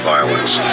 violence